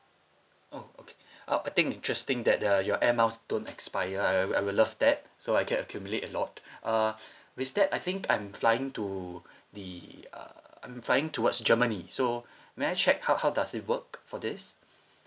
oh okay I'll I think interesting that uh your air miles don't expire I w~ I will love that so I can accumulate a lot uh with that I think I'm flying to the uh I'm flying towards germany so may I check how how does it work for this